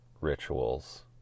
rituals